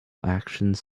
actions